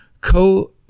co